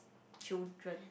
children